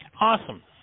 Awesome